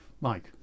Mike